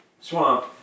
swamp